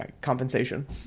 compensation